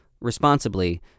responsibly